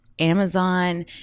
amazon